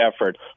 effort